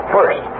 First